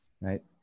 right